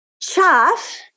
chaff